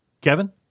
Kevin